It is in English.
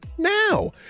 now